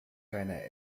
keiner